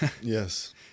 Yes